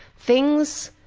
things,